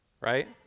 right